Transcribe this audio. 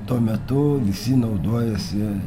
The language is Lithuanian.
tuo metu visi naudojosi